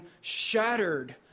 shattered